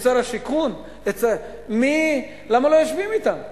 את שר השיכון, למה לא יושבים אתם.